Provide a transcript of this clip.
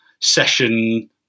session